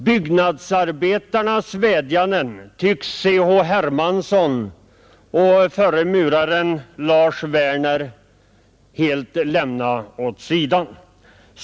Byggnadsarbetarnas vädjanden tycks C.H. Hermansson och förre muraren Lars Werner helt lämna åt sidan.